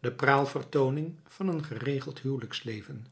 de praalvertooning van een geregeld huwelijksleven